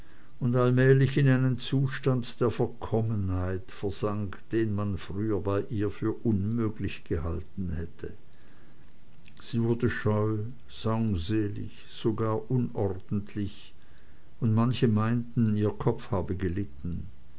und allmählich in einen zustand der verkommenheit versank den man früher bei ihr für unmöglich gehalten hätte sie wurde scheu saumselig sogar unordentlich und manche meinten ihr kopf habe gelitten